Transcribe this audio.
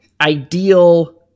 ideal